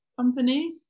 company